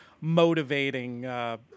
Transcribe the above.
motivating